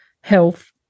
health